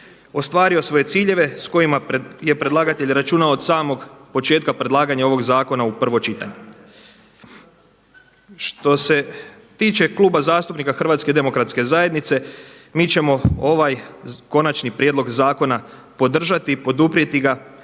ostvario svoje ciljeve s kojima je predlagatelj računao od samog početka predlaganja ovog zakona u prvo čitanje. Što se tiče Kluba zastupnika HDZ-a mi ćemo ovaj konačni prijedlog zakona podržati i poduprijeti ga